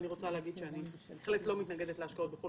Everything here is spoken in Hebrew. אני רוצה להגיד שאני בהחלט לא מתנגדת להשקעות בחו"ל.